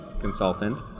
consultant